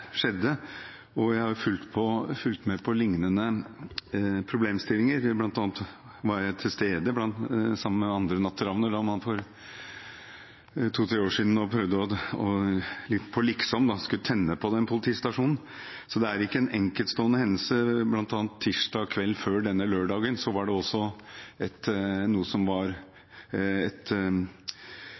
skjedde, og jeg har fulgt med på lignende problemstillinger, bl.a. var jeg til stede sammen med andre natteravner da man for to–tre år siden prøvde, litt på liksom, å tenne på den politistasjonen. Så det er ikke en enkeltstående hendelse. Tirsdag kveld før denne lørdagen var det bl.a. også et – man kan bruke forskjellige ord – angrep på politiet hvor 15–20 ungdommer i dette området var